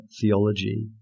theology